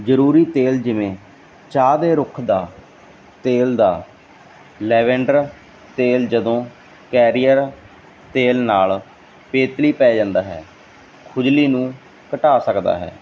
ਜਰੂਰੀ ਤੇਲ ਜਿਵੇਂ ਚਾਹ ਦੇ ਰੁੱਖ ਦਾ ਤੇਲ ਦਾ ਲੈਵੈਂਡਰ ਤੇਲ ਜਦੋਂ ਕੈਰੀਅਰ ਤੇਲ ਨਾਲ ਪੇਤਲੀ ਪੈ ਜਾਂਦਾ ਹੈ ਖੁਜਲੀ ਨੂੰ ਘਟਾ ਸਕਦਾ ਹੈ